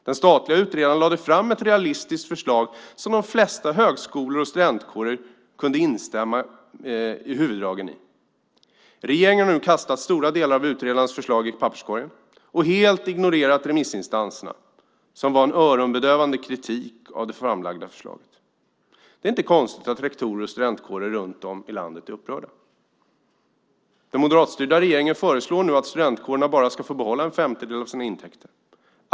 Den statliga utredaren lade fram ett realistiskt förslag i vilket de flesta högskolor och studentkårer kunde instämma i huvuddragen. Regeringen har nu kastat stora delar av utredarens förslag i papperskorgen och helt ignorerat remissinstanserna, som gav en öronbedövande kritik till det framlagda förslaget. Det är inte konstigt att rektorer och studentkårer runt om i landet är upprörda. Den moderatstyrda regeringen föreslår nu att studentkårerna bara ska få behålla en femtedel av sina intäkter.